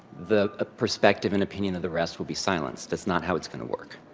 the ah perspective and opinion of the rest will be silenced. that's not how it's going to work.